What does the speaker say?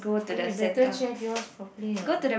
eh better check yours properly ah